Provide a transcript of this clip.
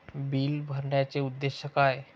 Bill भरण्याचे उद्देश काय?